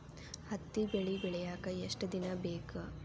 ಹತ್ತಿ ಬೆಳಿ ಬೆಳಿಯಾಕ್ ಎಷ್ಟ ದಿನ ಬೇಕ್?